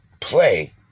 play